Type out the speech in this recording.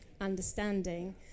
understanding